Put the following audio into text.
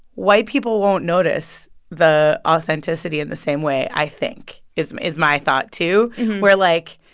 white people won't notice the authenticity in the same way, i think, is is my thought too where, like,